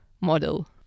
model